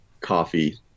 coffee